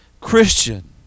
Christian